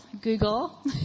Google